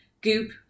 Goop